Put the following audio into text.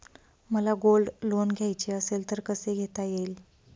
मला gold loan घ्यायचे असेल तर कसे घेता येईल?